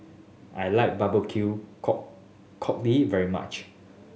I like barbecue cockle very much